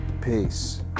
peace